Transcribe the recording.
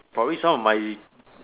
probably some of my